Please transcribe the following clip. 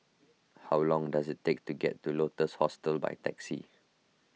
how long does it take to get to Lotus Hostel by taxi